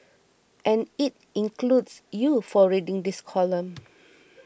and it includes you for reading this column